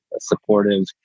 supportive